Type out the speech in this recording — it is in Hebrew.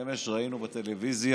אמש ראינו בטלוויזיה